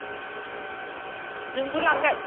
नोंबो लांगोन